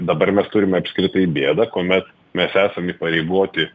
dabar mes turime apskritai bėdą kuomet mes esam įpareigoti